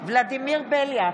ולדימיר בליאק,